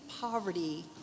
poverty